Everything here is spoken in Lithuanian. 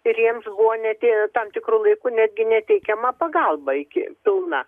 ir jiems buvo net tam tikru laiku netgi neteikiama pagalba iki pilna